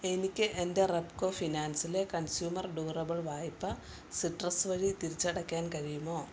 എനിക്ക് എൻ്റെ റെപ്കോ ഫിനാൻസിലെ കൺസ്യൂമർ ഡ്യൂറബിൾ വായ്പ സിട്രസ് വഴി തിരിച്ചടയ്ക്കാൻ കഴിയുമോ